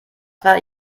war